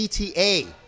ETA